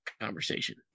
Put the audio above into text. conversation